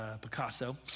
Picasso